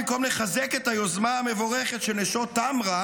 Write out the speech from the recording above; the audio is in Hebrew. במקום לחזק את היוזמה המבורכת של נשות טמרה,